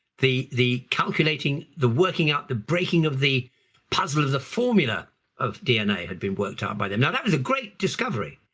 the the calculating, the working out, the breaking of the puzzle of the formula of dna had been worked out by them. now that was a great discovery,